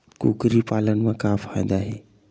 कुकरी पालन म का फ़ायदा हे?